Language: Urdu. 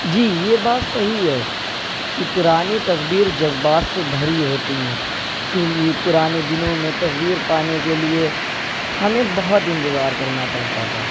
جی یہ بات صحیح ہے کہ پرانی تصویر جذبات سے بھری ہوتی ہیں کیونکہ پرانے دنوں میں تصویر پانے کے لیے ہمیں بہت انتظار کرنا پڑتا تھا